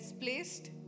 placed